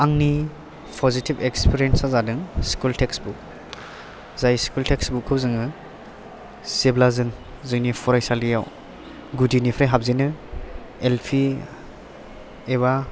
आंनि positive experience आ जादों स्कुल टेक्सटबुक जाय स्कुल टेक्सटबुक खौ जोङो जेब्ला जों जोंनि फरायसालियाव गुदिनिफ्राय हाबजेनो एल पि एबा